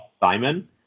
Simon